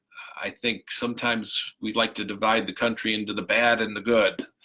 i think sometimes we'd like to divide the country into the bad and the good